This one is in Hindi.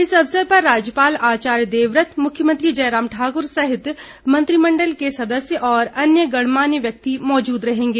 इस अवसर पर राज्यपाल आचार्य देवव्रत मुख्यमंत्री जयराम ठाक्र सहित मंत्रिमण्डल के सदस्य और अन्य गणमान्य व्यक्ति मौजूद रहेंगे